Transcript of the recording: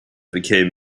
became